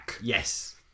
Yes